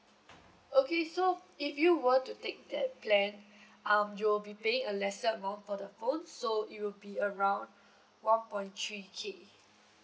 okay so if you were to take that plan um you'll be paying a lesser amount for the phone so it will be around one point three K